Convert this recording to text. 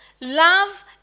love